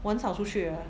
我很少出去 eh